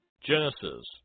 Genesis